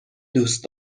دوست